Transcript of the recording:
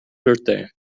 birthday